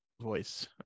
voice